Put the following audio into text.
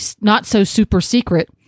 not-so-super-secret